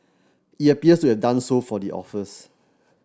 it appears to have done so for the authors